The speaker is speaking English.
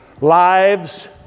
lives